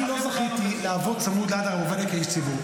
אני לא זכיתי לעבוד צמוד ליד הרב עובדיה כאיש ציבור,